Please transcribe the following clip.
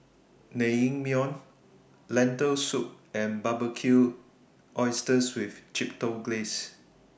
Naengmyeon Lentil Soup and Barbecued Oysters with Chipotle Glaze